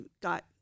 got